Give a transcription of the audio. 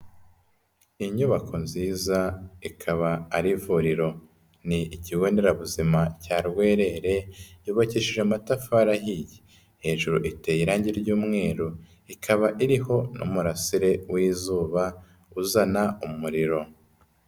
Inyubako nziza ikaba ari ivuriro. Ni ikigo nderabuzima cya Rwerere, yubakishije amatafari. Hejuru iteye irangi ry'umweru, ikaba iriho n'umurasire w'izuba uzana umuriro.